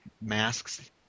masks